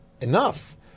enough